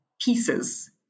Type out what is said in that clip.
pieces